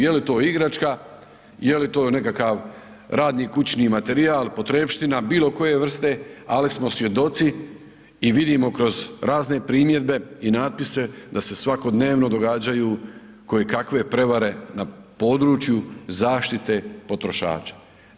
Je li to igračka, je li to nekakav radni kućni materijal, potrepština, bilo koje vrste, ali smo svjedoci i vidimo kroz razne primjedbe i natpise da se svakodnevno događaju kojekakve prevare na području zaštite potrošača.